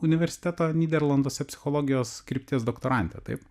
universiteto nyderlanduose psichologijos krypties doktorantė taip